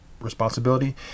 responsibility